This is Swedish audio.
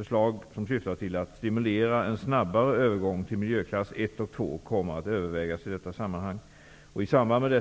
Förslag som syftar till att stimulera en snabbare övergång till miljöklass 1 och 2 kommer att övervägas i detta sammanhang. Vi senarelade